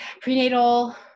prenatal